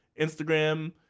Instagram